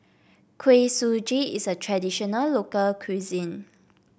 Kuih Suji is a traditional local cuisine